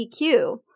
EQ